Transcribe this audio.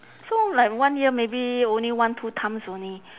so like one year maybe only one two times only